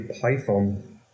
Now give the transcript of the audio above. Python